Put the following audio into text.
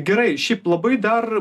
gerai šiaip labai dar